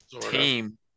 team